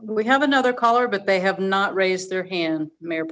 we have another caller but they have not raised their hand mayor